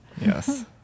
Yes